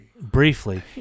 Briefly